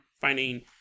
finding